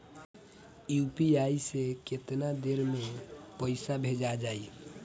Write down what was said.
UPI से केतना देर मे पईसा भेजा जाई?